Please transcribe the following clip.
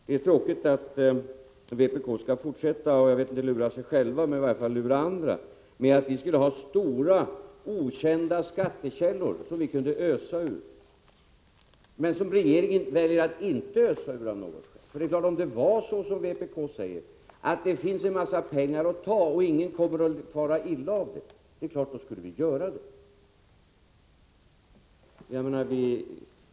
Det är tråkigt att ni i vpk skall fortsätta att om inte lura er själva så i varje fall lura andra med att vi skulle ha stora okända skattekällor som vi kunde ösa ur men som regeringen av något skäl väljer att inte ösa ur. Om det var så som vpk säger, att det finns en massa pengar att ta utan att någon kommer att fara illa av det, då skulle vi naturligtvis göra det.